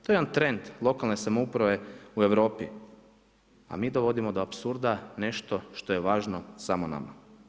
To je jedan trend lokalne samouprave u Europi, a mi dovodimo do apsurda nešto što je važno samo nama.